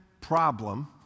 problem